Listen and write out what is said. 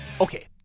Okay